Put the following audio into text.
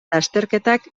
lasterketak